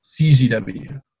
CZW